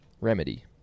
Remedy